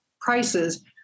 prices